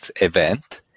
event